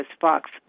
Fox